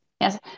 Yes